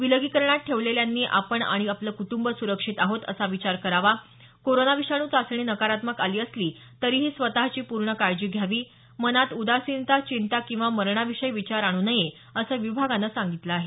विलगीकरणात ठेवलेल्यांनी आपण आणि आपलं कुटुंब सुरक्षित आहोत असा विचार करावा कोरोना विषाणू चाचणी नकारात्मक आली तरीही स्वतची पूर्ण काळजी घ्यावी मनात उदासिनता चिंता किंवा मरणाविषयी विचार आणू नये असं विभागानं सांगितलं आहे